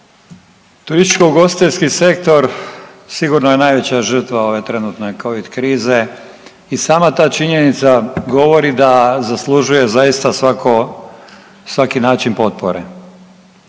Turističko ugostiteljski sektor sigurno je najveća žrtva ove trenutne covid krize i sama ta činjenica govori da zaslužuje zaista svako, svaki način potpore.